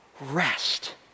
rest